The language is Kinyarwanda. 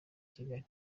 kigali